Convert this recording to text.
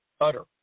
utter